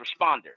responder